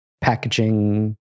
Packaging